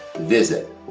visit